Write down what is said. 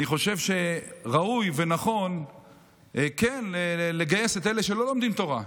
אני חושב שראוי ונכון כן לגייס את אלה שלא לומדים תורה.